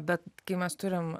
bet kai mes turime